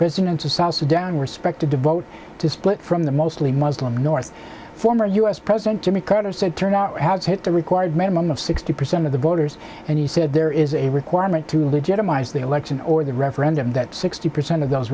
residents of south sudan respect to devote to split from the mostly muslim north former u s president jimmy carter said turnout has hit the required minimum of sixty percent of the voters and he said there is a requirement to legitimize the election or the referendum that sixty percent of those